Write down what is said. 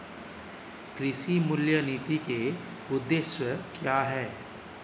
कृषि मूल्य नीति के उद्देश्य क्या है?